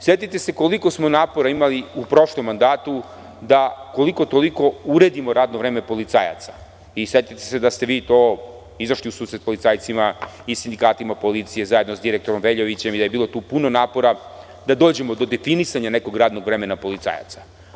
Setite se koliko smo napora imali u prošlom mandatu da koliko toliko uredimo radno vreme policajaca i setite se da ste izašli u susret policajcima i sindikatima policije zajedno sa direktorom Veljovićem i da je tu bilo puno napora da dođemo do definisanja nekog radnog vremena policajaca.